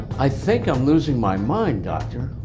i think i'm losing my mind doctor.